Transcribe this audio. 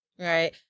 Right